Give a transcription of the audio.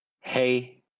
Hey